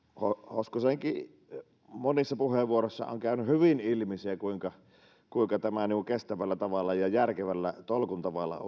hoskosenkin monissa puheenvuoroissa on käynyt hyvin ilmi se kuinka kuinka tämä oikein tapahtuu kestävällä ja järkevällä tolkun tavalla